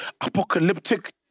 apocalyptic